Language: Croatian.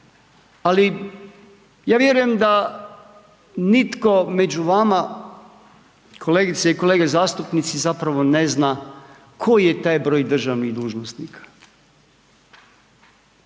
Ali ja vjerujem da nitko među vama kolegice i kolege zastupnici zapravo ne zna koji je taj broj državnih dužnosnika.